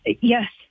Yes